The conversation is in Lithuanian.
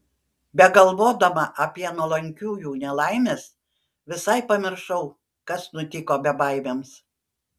begalvodama apie nuolankiųjų nelaimes visai pamiršau kas nutiko bebaimiams